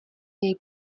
něj